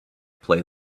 play